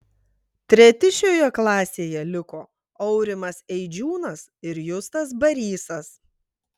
treti šioje klasėje liko aurimas eidžiūnas ir justas barysas